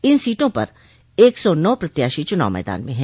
इन सीटों पर एक सौ नौ प्रत्याशी चुनाव मैदान मं हैं